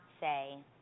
say